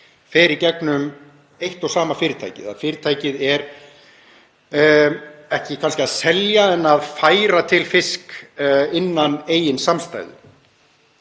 fer í gegnum eitt og sama fyrirtækið, að fyrirtækið er kannski ekki að selja fisk en að færa til fisk innan eigin samstæðu.